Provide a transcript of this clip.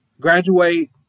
graduate